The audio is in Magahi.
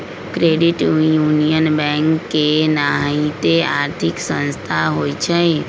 क्रेडिट यूनियन बैंक के नाहिते आर्थिक संस्था होइ छइ